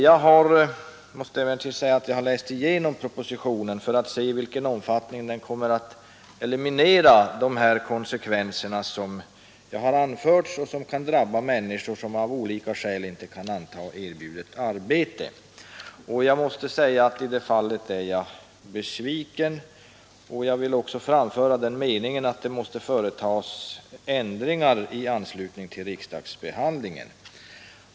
Jag har emellertid läst igenom propositionen för att se i vilken omfattning den kommer att eliminera de konsekvenser som jag har anfört kan drabba människor som av olika skäl inte kan anta erbjudet arbete. Jag måste säga att i det fallet är jag besviken på svaret. Jag vill också framföra den meningen att det måste företas ändringar i anslutning till riksdagsbehandlingen.